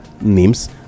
names